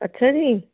ਅੱਛਾ ਜੀ